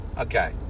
Okay